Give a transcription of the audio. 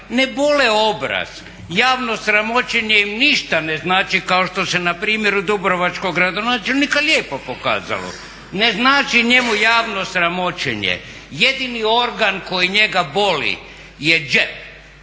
ne bole obraz. Javno sramoćenje im ništa ne znači kao što se na primjeru dubrovačkog gradonačelnika lijepo pokazalo. Ne znači njemu javno sramoćenje. Jedini organ koji njega boli je džep